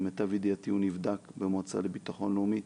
למיטב ידיעתי הוא נבדק במועצה לביטחון לאומי.